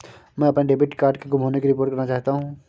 मैं अपने debit card के गुम होने की रिपोर्ट करना चाहता हूँ